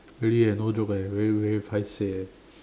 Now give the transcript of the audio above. really eh no joke eh very very paiseh eh